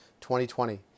2020